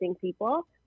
people